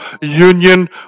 union